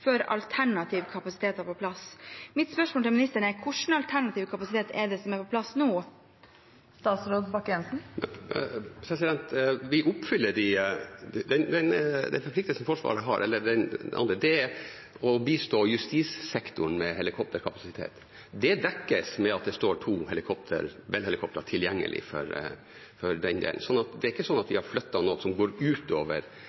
før alternativ kapasitet var på plass. Mitt spørsmål til ministeren er: Hvilken alternativ kapasitet er det som er på plass nå? Vi oppfyller den forpliktelsen Forsvaret har, og det er å bistå justissektoren med helikopterkapasitet. Det dekkes ved at det står to Bell-helikoptre tilgjengelig for den delen. Det er ikke sånn at